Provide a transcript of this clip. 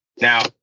now